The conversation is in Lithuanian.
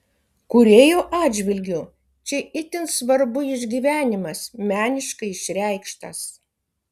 kūrėjo atžvilgiu čia itin svarbu išgyvenimas meniškai išreikštas